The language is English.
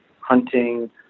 hunting